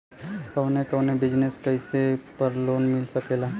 कवने कवने बिजनेस कइले पर लोन मिल सकेला?